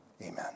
amen